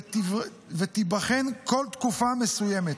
וייבחנו כל תקופה מסוימת.